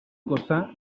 cosa